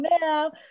now